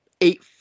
eight